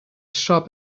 shop